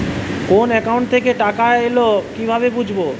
কোন একাউন্ট থেকে টাকা এল কিভাবে বুঝব?